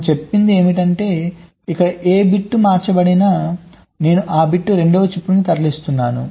మనం చెప్పేది ఏమిటంటే ఇక్కడ ఏ బిట్ మార్చబడినా నేను ఆ బిట్ను రెండవ చిప్కు తరలిస్తున్నాను